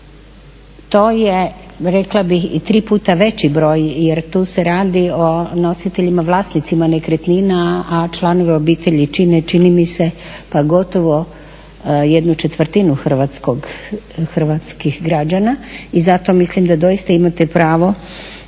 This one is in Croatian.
To je rekla bih i tri puta veći broj jer tu se radi o nositeljima, vlasnicima nekretnina, a članovi obitelji čine čini mi se pa gotovo ¼ hrvatskih građana i zato mislim da doista imate pravo